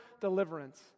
deliverance